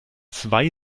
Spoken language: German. zwei